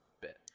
bit